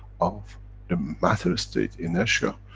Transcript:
of the matter-state inertia,